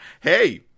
hey